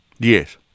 Yes